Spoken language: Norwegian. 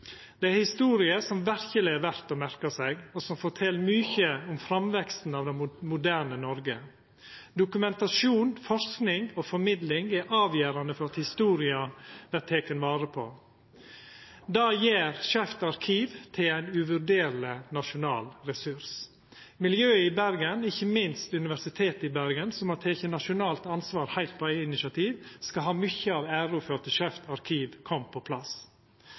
Det er ei historie som verkeleg er verdt å merka seg, og som fortel mykje om framveksten av det moderne Noreg. Dokumentasjon, forsking og formidling er avgjerande for at historia skal verta teken vare på. Det gjer Skeivt arkiv til ein uvurderleg nasjonal ressurs. Miljøet i Bergen, ikkje minst Universitetet i Bergen, som har teke nasjonalt ansvar heilt på eige initiativ, skal ha mykje av æra for at Skeivt arkiv kom på plass.